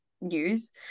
news